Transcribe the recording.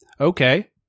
okay